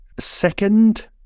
second